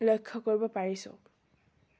লক্ষ্য কৰিব পাৰিছোঁ